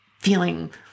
feeling